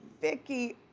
vicki?